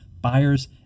buyers